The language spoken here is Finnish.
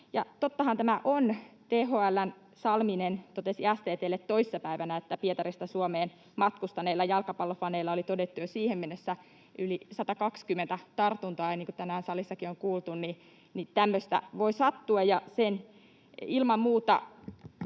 tottahan tämä on. THL:n Salminen totesi STT:lle toissa päivänä, että Pietarista Suomeen matkustaneilla jalkapallofaneilla oli todettu jo siihen mennessä yli 120 tartuntaa, ja niin kuin tänään salissakin on kuultu, niin tämmöistä voi sattua,